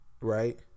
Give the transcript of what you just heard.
Right